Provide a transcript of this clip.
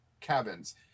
cabins